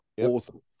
Awesome